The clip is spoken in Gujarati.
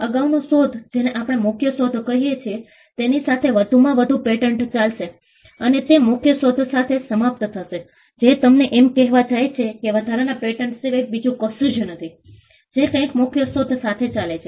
અગાઉનું શોધ જેને આપણે મુખ્ય શોધ કહીએ છીએ તેની સાથે વધુમાં વધુ પેટન્ટ ચાલશે અને તે મુખ્ય શોધ સાથે સમાપ્ત થશે જે તમને એમ કહેવા જાય છે કે વધારાના પેટન્ટ સિવાય બીજું કશું જ નથી જે કંઈક મુખ્ય શોધ સાથે ચાલે છે